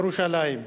ירושלים.